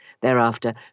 thereafter